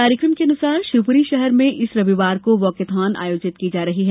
कार्यक्रम के अनुसार शिवपुरी शहर में इस रविवार को वाकेथॉन आयोजित की जा रही है